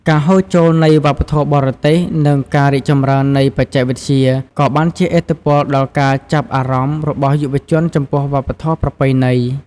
ការហូរចូលនៃវប្បធម៌បរទេស និងការរីកចម្រើននៃបច្ចេកវិទ្យា ក៏បានជះឥទ្ធិពលដល់ការចាប់អារម្មណ៍របស់យុវជនចំពោះវប្បធម៌ប្រពៃណី។